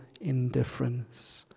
indifference